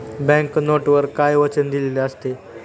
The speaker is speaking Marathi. बँक नोटवर काय वचन दिलेले असते?